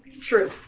True